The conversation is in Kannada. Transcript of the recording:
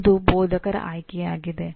ಇದು ಬೋಧಕರ ಆಯ್ಕೆಯಾಗಿದೆ